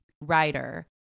writer